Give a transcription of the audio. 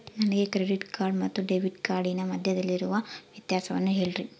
ನನಗೆ credit card ಮತ್ತು debit ಕಾರ್ಡಿನ ಮಧ್ಯದಲ್ಲಿರುವ ವ್ಯತ್ಯಾಸವನ್ನು ಹೇಳ್ರಿ?